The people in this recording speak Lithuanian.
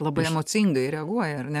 labai emocingai reaguoja ar ne